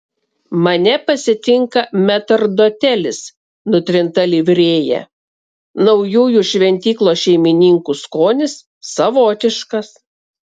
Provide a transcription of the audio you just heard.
mane pasitinka metrdotelis nutrinta livrėja naujųjų šventyklos šeimininkų skonis savotiškas